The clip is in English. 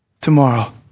tomorrow